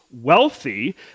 wealthy